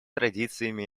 традициями